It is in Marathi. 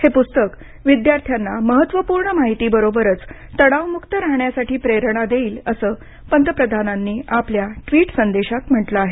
हे पुस्तक विद्यार्थ्यांना महत्त्वपूर्ण माहितीबरोबरच तणावमुक्त राहण्यासाठी प्रेरणा देईल असं पंतप्रधानांनी आपल्या ट्वीट संदेशात म्हटलं आहे